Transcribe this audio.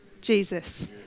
Jesus